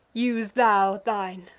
use thou thine.